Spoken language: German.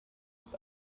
ist